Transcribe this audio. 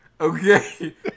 Okay